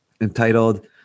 entitled